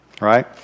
right